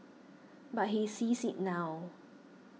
but he sees it now